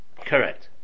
Correct